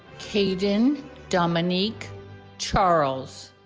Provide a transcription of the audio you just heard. kayden dominik charles